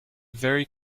very